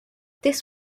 this